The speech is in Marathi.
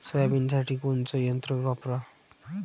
सोयाबीनसाठी कोनचं यंत्र वापरा?